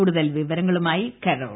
കൂടുതൽ വിവരങ്ങളുമായി കരോൾ